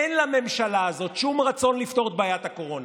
אין לממשלה הזאת שום רצון לפתור את בעיית הקורונה.